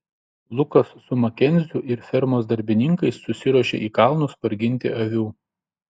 lukas su makenziu ir fermos darbininkais susiruošė į kalnus parginti avių